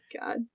god